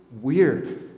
weird